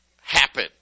happen